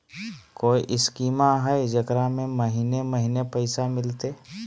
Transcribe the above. कोइ स्कीमा हय, जेकरा में महीने महीने पैसा मिलते?